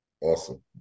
Awesome